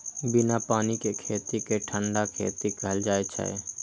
बिना पानि के खेती कें ठंढा खेती कहल जाइ छै